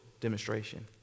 demonstration